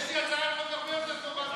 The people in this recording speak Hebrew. יש לי הצעת חוק הרבה יותר טובה מזאת.